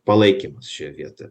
palaikymas šioje vietoje